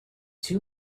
two